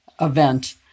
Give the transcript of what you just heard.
event